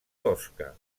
tosca